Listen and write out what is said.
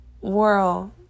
world